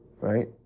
right